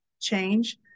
change